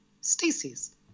Stacey's